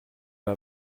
pas